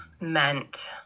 meant